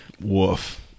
Woof